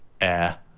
air